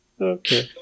Okay